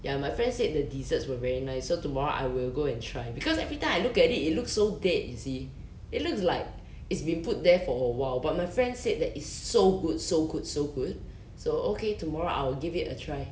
ya my friend said the desserts were very nice so tomorrow I will go and try because everytime I look at it it looks so dead you see it looks like it's been put there for a while but my friend said that it's so good so good so good so okay tomorrow I'll give it a try